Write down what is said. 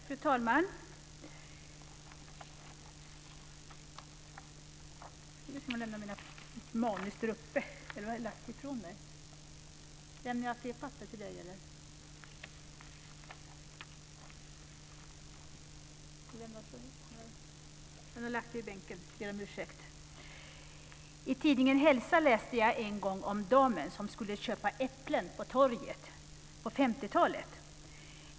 Fru talman! I tidningen Hälsa läste jag en gång om damen som skulle köpa äpplen på torget på 50 talet.